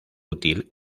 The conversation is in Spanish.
útil